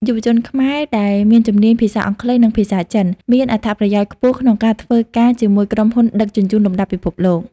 យុវជនខ្មែរដែលមានជំនាញភាសាអង់គ្លេស និងភាសាចិន មានអត្ថប្រយោជន៍ខ្ពស់ក្នុងការធ្វើការជាមួយក្រុមហ៊ុនដឹកជញ្ជូនលំដាប់ពិភពលោក។